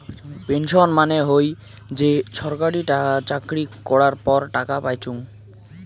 pension মানে হই যে ছরকারি চাকরি করাঙ পর টাকা পাইচুঙ